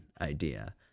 idea